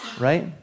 right